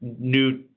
new